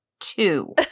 two